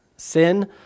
sin